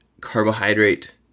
carbohydrate